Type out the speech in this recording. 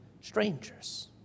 strangers